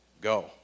go